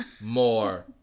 more